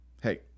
hey